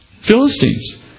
Philistines